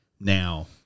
Now